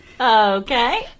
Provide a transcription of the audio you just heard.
okay